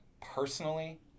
personally